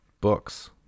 books